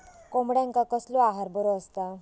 कोंबड्यांका कसलो आहार बरो असता?